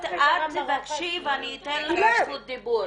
את תבקשי ואני אתן לך זכות דיבור.